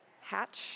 hatch